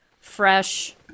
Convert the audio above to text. fresh